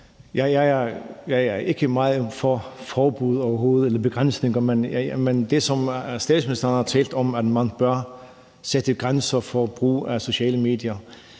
meget for forbud eller begrænsninger, men det, som statsministeren har talt om, altså at man bør sætte grænser for brugen af sociale medier,